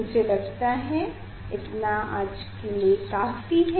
मुझे लगता है इतना काफी है